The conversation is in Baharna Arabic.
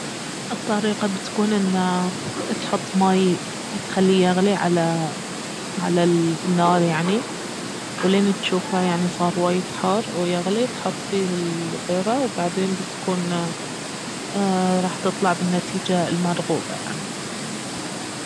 الطريقة بتكون انه تحط ماي تخليه يغلي على النار يعني ولين تشوفه يعني صار وايد حار ويغلي تحط فيه البيضة وبعدين بتكون راح تطلع بالنتيجة المرغوبة يعني